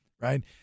right